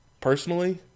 personally